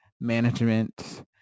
management